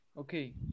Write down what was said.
Okay